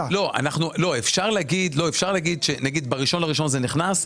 אפשר להגיד שנגיד ב-1 בינואר זה נכנס,